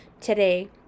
today